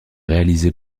réalisée